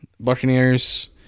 Buccaneers